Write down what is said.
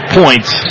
points